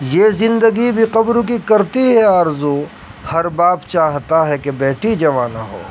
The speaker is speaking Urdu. یہ زندگی بھی قبر کی کرتی ہے آرزو ہر باپ چاہتا ہے کہ بیٹی جواں نہ ہو